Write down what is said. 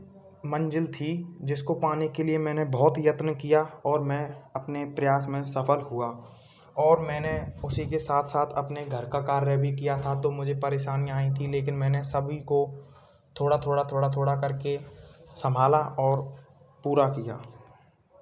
मंजिल थी जिसको पाने के लिए मैंने बहुत यत्न किया और मैं अपने प्रयास में सफल हुआ और मैंने उसी के साथ साथ अपने घर का कार्य भी किया था तो मुझे परेशानियाँ आई थी लेकिन मैंने सभी को थोड़ा थोड़ा थोड़ा थोड़ा करके संभाला और पूरा किया